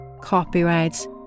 copyrights